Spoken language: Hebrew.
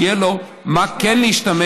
שיהיה לו במה כן להשתמש,